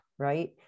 Right